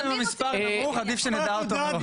גם אם המספר נמוך, עדיף שנדע אותו.